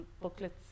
booklets